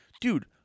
dude